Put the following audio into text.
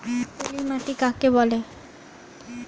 পলি মাটি কাকে বলে?